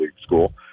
school